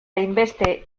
hainbeste